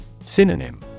Synonym